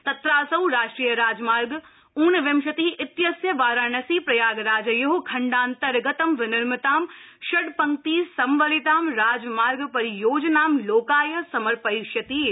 तत्रासौ राष्ट्रिय राजमार्ग ऊनविंशति इत्यस्य वाराणसी प्रयागराजयो खण्डान्तर्गतं विनिर्मितां षड् पंक्ति संवलितां राजमार्ग परियोजनां लोकाय समर्पयिष्यति इति